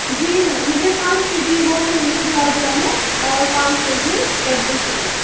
جی sir مجھے پانچ KG وہ چاہیے گلاب جامن اور پانچ کے جی لڈو چاہیے